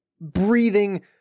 breathing